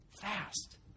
Fast